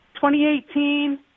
2018